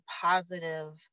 positive